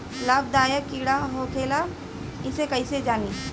लाभदायक कीड़ा भी होखेला इसे कईसे जानी?